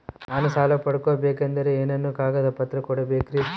ನಾನು ಸಾಲ ಪಡಕೋಬೇಕಂದರೆ ಏನೇನು ಕಾಗದ ಪತ್ರ ಕೋಡಬೇಕ್ರಿ?